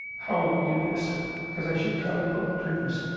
how will we do this because i should tell you about the dreams